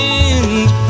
end